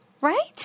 right